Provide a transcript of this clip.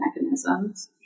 mechanisms